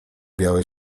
białe